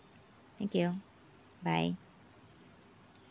thank you bye